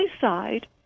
side